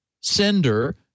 sender